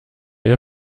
ihr